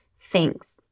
thanks